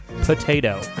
potato